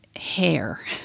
hair